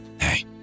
Hey